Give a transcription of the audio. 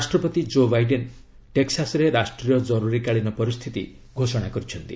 ରାଷ୍ଟପତି Joe Biden ଟେକ୍ସାସ୍ରେ ରାଷ୍ଟ୍ରୀୟ ଜରୁରୀକାଳୀନ ପରିସ୍ଥିତି ଘୋଷଣା କରିଛନ୍ତି